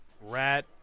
Rat